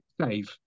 save